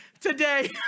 today